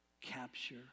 capture